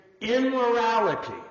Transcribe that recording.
immorality